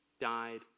died